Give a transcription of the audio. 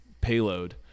payload